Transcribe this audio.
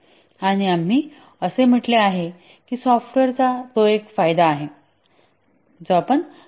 आणि आम्ही असे म्हटले आहे की सॉफ्टवेअरचा तो एक फायदा आहे जो आपण ते क्विकली बदलू शकता